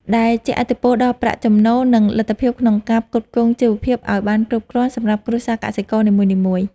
ដែលជះឥទ្ធិពលដល់ប្រាក់ចំណូល និងលទ្ធភាពក្នុងការផ្គត់ផ្គង់ជីវភាពឱ្យបានគ្រប់គ្រាន់សម្រាប់គ្រួសារកសិករនីមួយៗ។